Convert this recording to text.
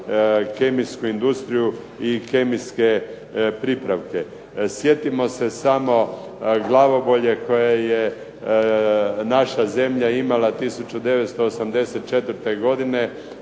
kemijsku industriju i kemijske pripravke. Sjetimo se samo glavobolje koje je naša zemlja imala 1984. godine